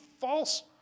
false